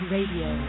Radio